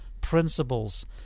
principles